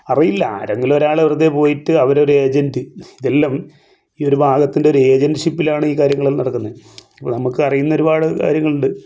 അറിയില്ല ആരെങ്കിലും ഒരാൾ വെറുതെ പോയിട്ട് അവരൊരു ഏജന്റ് ഇതെല്ലാം ഈ ഒരു ഭാഗത്തിൻ്റെ ഒരു ഏജന്റ്ഷിപ്പിലാണ് ഈ കാര്യങ്ങളെല്ലാം നടക്കുന്നത് ഇവിടെ നമുക്ക് അറിയുന്ന ഒരുപാട് കാര്യങ്ങളുണ്ട്